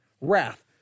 wrath